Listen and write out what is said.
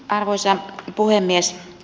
arvoisa puhemies